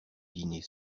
dîner